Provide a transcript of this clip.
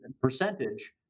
percentage